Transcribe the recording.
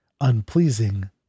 Unpleasing